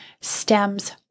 stems